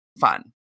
fun